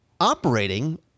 operating